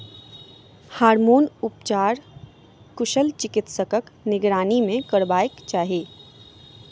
hormone उपचार कुशल चिकित्सकक निगरानी मे करयबाक चाही